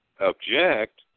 object